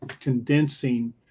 condensing